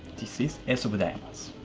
this is ace of diamonds.